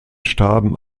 starben